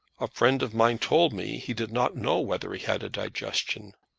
a friend of mine told me he did not know whether he had a digestion.